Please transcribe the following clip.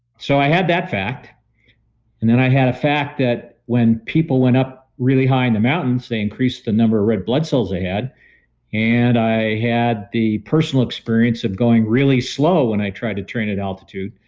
so i had that fact and then i had fact that when people went up really high in the mountains they increased the number of red blood cells they had and i had the personal experience of going really slow when i tried to train at altitude.